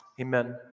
Amen